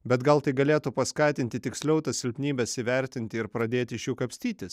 bet gal tai galėtų paskatinti tiksliau tas silpnybes įvertinti ir pradėti iš jų kapstytis